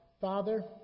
Father